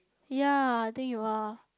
ye I think you are